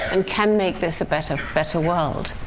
and can make this a better better world.